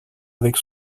avec